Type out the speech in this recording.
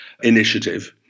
initiative